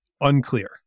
unclear